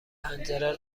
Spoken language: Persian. پنجره